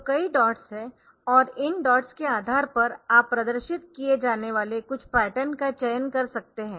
तो कई डॉट्स है और इन डॉट्स के आधार पर आप प्रदर्शित किए जाने वाले कुछ पैटर्न का चयन कर सकते है